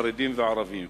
חרדים וערבים.